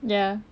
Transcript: ya